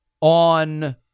on